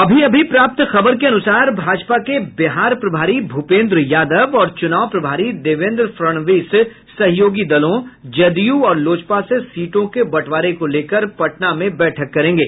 अभी अभी प्राप्त खबर के अनुसार भाजपा के बिहार प्रभारी भूपेन्द्र यादव और चुनाव प्रभारी देवेन्द्र फड़णवीस सहयोगी दलों जदयू और लोजपा से सीटों के बंटवारे को लेकर पटना में बैठक करेंगे